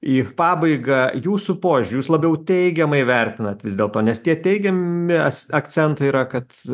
į pabaigą jūsų požiūriu jūs labiau teigiamai vertinat vis dėlto nes tie teigiami as akcentai yra kad